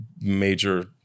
major